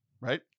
Right